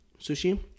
sushi